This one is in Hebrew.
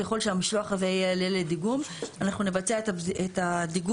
ככל שהמשלוח הזה יעלה לדיגום אנחנו נבצע את הדיגום